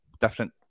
different